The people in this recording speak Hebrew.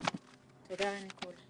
לכולם.